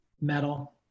metal